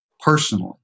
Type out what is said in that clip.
personally